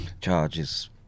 charges